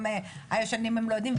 גם הישנים לא יודעים,